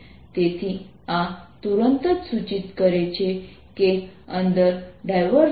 MMcosϕ δ તેથી આ તુરંત જ સૂચિત કરે છે કે અંદર